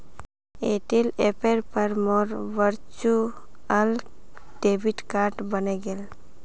Airtel ऐपेर पर मोर वर्चुअल डेबिट कार्ड बने गेले